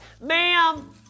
ma'am